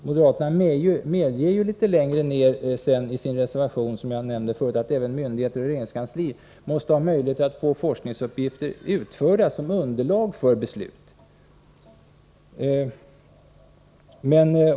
Moderaterna medger litet längre fram i sin reservation 19 att även myndigheter och regeringskansli måste ha möjlighet att få forskningsuppgifter utförda som underlag för beslut.